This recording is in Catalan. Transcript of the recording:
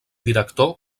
director